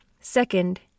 second